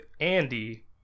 Andy